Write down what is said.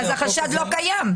אז החשד לא קיים.